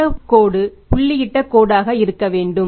இந்த கோடு புள்ளியிட்ட கோடாக இருக்க வேண்டும்